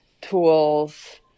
tools